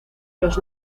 los